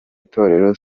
itorero